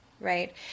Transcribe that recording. right